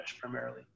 primarily